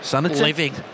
living